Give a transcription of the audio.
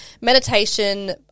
meditation